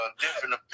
different